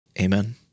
Amen